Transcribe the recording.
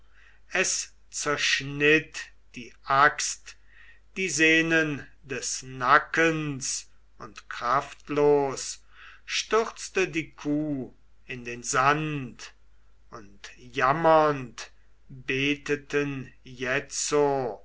es zerschnitt die axt die sehnen des nackens und kraftlos stürzte die kuh in den sand und jammernd beteten jetzo